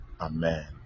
Amen